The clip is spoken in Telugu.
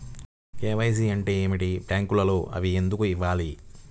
కే.వై.సి అంటే ఏమిటి? బ్యాంకులో అవి ఎందుకు ఇవ్వాలి?